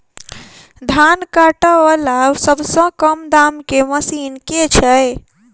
धान काटा वला सबसँ कम दाम केँ मशीन केँ छैय?